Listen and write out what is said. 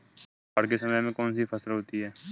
बाढ़ के समय में कौन सी फसल होती है?